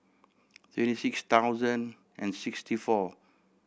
twenty six thousand and sixty four